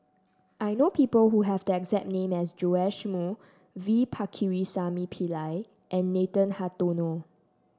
I know people who have the exact name as Joash Moo V Pakirisamy Pillai and Nathan Hartono